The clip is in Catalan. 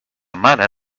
mare